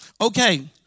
Okay